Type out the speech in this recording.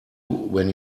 when